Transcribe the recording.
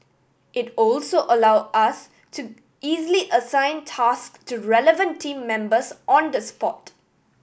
it also allow us to easily assign task to relevant team members on the spot